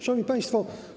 Szanowni Państwo!